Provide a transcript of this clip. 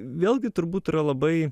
vėlgi turbūt yra labai